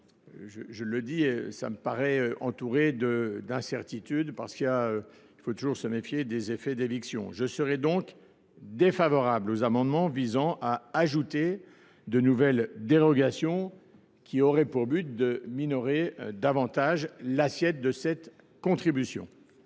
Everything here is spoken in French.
d’euros, me paraît entouré d’incertitudes, car il faut toujours se méfier des effets d’éviction. Pour ces raisons, je serai défavorable aux amendements visant à ajouter de nouvelles dérogations qui auraient pour but de minorer l’assiette de cette contribution.